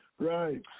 right